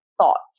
thoughts